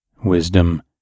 wisdom